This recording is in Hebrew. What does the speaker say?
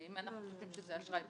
ואם אנחנו חושבים שזה אשראי,